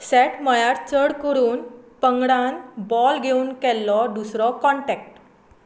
set म्हळ्यार चड करून पंगडान बॉल घेवन केल्लो दुसरो काँटेक्ट